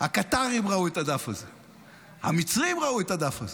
הקטרים ראו את הדף הזה,